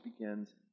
begins